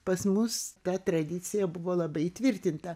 pas mus ta tradicija buvo labai įtvirtinta